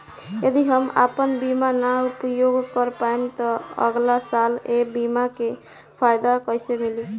यदि हम आपन बीमा ना उपयोग कर पाएम त अगलासाल ए बीमा के फाइदा कइसे मिली?